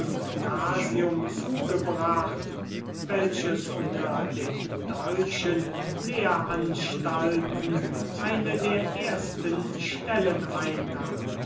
gymnasium zugebracht welches unter den deutschen lehranstalten eine der ersten stellen einnahm